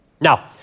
Now